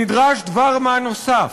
נדרש דבר-מה נוסף.